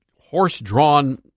horse-drawn